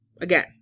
again